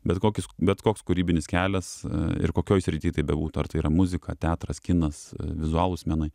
bet kokius bet koks kūrybinis kelias ir kokioj srity tai bebūtų ar tai yra muzika teatras kinas vizualūs menai